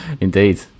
Indeed